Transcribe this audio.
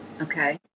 Okay